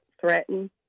threatened